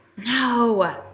No